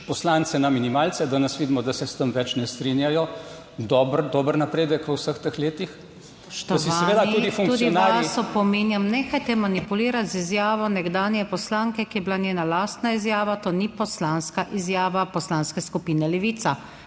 poslance na minimalce, danes vidimo, da se s tem več ne strinjajo. Dober, dober napredek v vseh teh letih. PODPREDSEDNICA NATAŠA SUKIČ: Spoštovani, tudi vas opominjam, nehajte manipulirati z izjavo nekdanje poslanke, ki je bila njena lastna izjava, to ni poslanska izjava Poslanske skupine Levica.